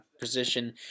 position